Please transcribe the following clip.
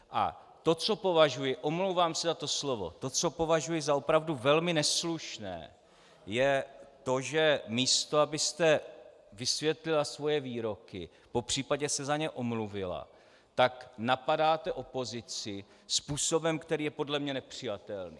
A to, co považuji omlouvám se za to slovo to, co považuji za opravdu velmi neslušné, je to, že místo abyste vysvětlila svoje výroky, popř. se za ně omluvila, tak napadáte opozici způsobem, který je pro mě nepřijatelný.